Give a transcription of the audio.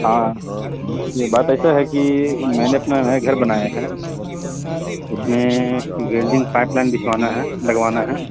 ہاں یہ بات ایسا ہے کہ میں نے اپنا نیا گھر بنایا ہے اس میں ویلڈنگ پائپ لائن بچھوانا ہے لگوانا ہے